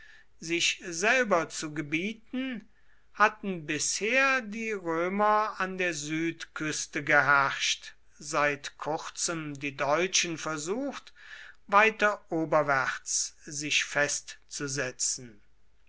sich selber zu gebieten hatten bisher die römer an der südküste geherrscht seit kurzem die deutschen versucht weiter oberwärts sich festzusetzen